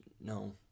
no